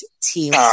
Team